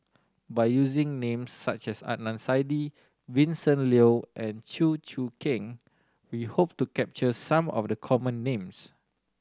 by using names such as Adnan Saidi Vincent Leow and Chew Choo Keng we hope to capture some of the common names